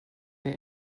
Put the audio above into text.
der